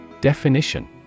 Definition